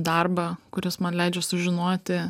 darbą kuris man leidžia sužinoti